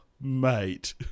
mate